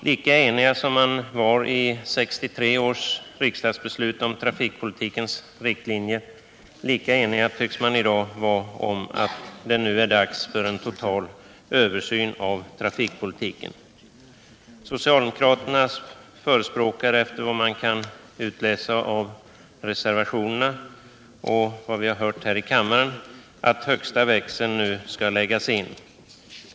Lika enig som man var i 1963 års riksdagsbeslut om trafikpolitikens riktlinjer, lika enig tycks man i dag vara om att det nu är dags för en total översyn av trafikpolitiken. Socialdemokraterna förespråkar— efter vad man kan utläsa av reservationerna och efter vad vi hört här i kammaren — att högsta växeln nu skall läggas in.